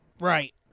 Right